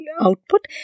output